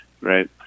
right